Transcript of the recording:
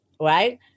right